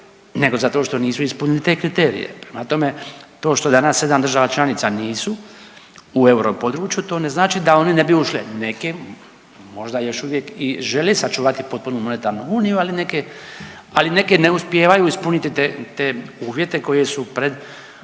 nego zato što nisu ispunili te kriterije. Prema tome, to što danas 7 država članica nisu u europodručju to ne znači da oni ne bi ušli, neke možda još uvijek i žele sačuvati i potpunu monetarnu uniju, ali neke, ali neke ne uspijevaju ispuniti te uvjete koje su pred